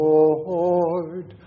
Lord